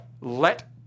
let